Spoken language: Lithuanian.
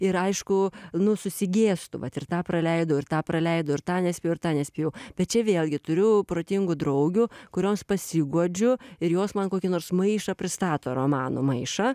ir aišku nu susigėstu vat ir tą praleidau ir tą praleido ir tą nespėjau ir tą nespėjau bet čia vėlgi turiu protingų draugių kurioms pasiguodžiu ir jos man kokį nors maišą pristato romanų maišą